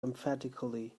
emphatically